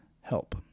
help